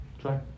Try